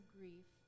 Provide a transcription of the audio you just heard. grief